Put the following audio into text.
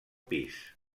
pis